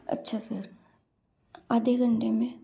अच्छा सर आधे घंटे में